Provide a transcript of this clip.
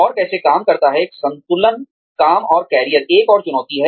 और कैसे काम करता है एक संतुलन काम और कैरियर एक और चुनौती है